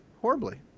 Horribly